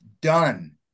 done